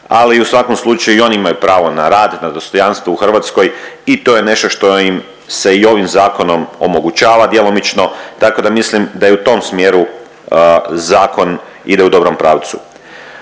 ali u svakom slučaju i oni imaju pravo na rad, na dostojanstvo u Hrvatskoj i to je nešto što im se i ovim zakonom omogućava djelomično. Tako da mislim da je i u tom smjeru zakon ide u dobrom pravcu.